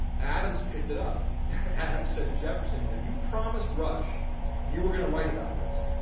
adams picked it up. adams said to jefferson you know you promised rush you were gonna write about this,